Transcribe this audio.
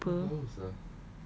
kan I dah lupa